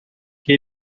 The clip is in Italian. che